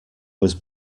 was